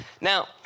Now